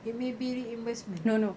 it may be reimbursement